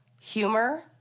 humor